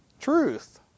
truth